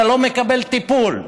אתה לא מקבל טיפול?